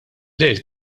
lejl